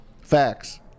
Facts